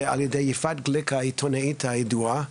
על-ידי יפעת גליק, העיתונאית הידועה.